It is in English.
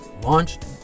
launched